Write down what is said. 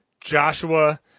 Joshua